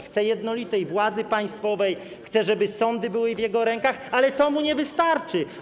Chce on jednolitej władzy państwowej, chce, żeby sądy były w jego rękach, ale to mu nie wystarczy.